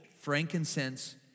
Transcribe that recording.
frankincense